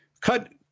cut